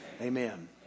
amen